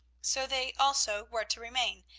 so they, also, were to remain,